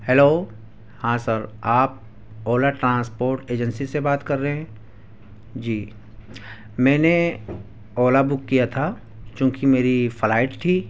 hello ہاں sir آپ Ola transport agency سے بات کر رہے ہیں جی میں نے اولا بک کیا تھا چونکہ میری فلائٹ تھی